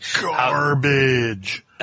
Garbage